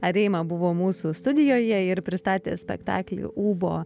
areima buvo mūsų studijoje ir pristatė spektaklį ūbo